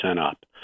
up